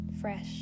fresh